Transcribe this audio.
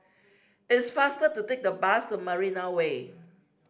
it's faster to take the bus to Marina Way